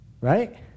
Right